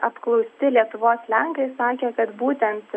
apklausti lietuvos lenkai sakė kad būtent